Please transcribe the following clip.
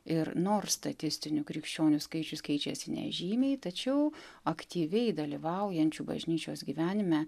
ir nors statistinių krikščionių skaičius keičiasi nežymiai tačiau aktyviai dalyvaujančių bažnyčios gyvenime